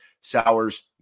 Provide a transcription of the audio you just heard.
sours